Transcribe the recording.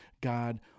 God